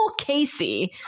Casey